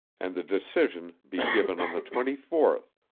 and the decision be given on the twenty-fourth,